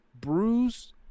bruised